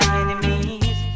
enemies